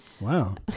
Wow